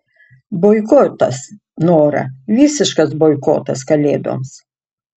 boikotas nora visiškas boikotas kalėdoms